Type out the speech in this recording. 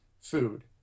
food